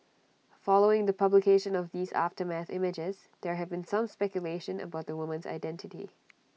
following the publication of these aftermath images there have been some speculation about the woman's identity